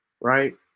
right